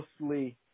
mostly